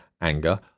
anger